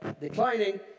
declining